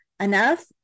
enough